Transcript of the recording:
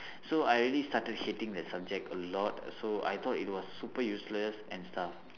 so I already started hating the subject a lot so I thought it was super useless and stuff